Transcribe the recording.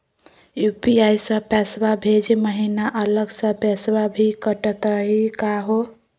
UPI स पैसवा भेजै महिना अलग स पैसवा भी कटतही का हो?